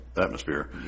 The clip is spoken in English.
Atmosphere